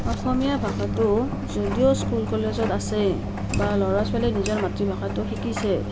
অসমীয়া ভাষাটো যদিও স্কুল কলেজত আছে বা ল'ৰা ছোৱালীয়ে নিজৰ মাতৃভাষাটো শিকিছে